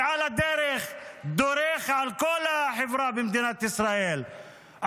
ועל הדרך דורך על כל החברה במדינת ישראל,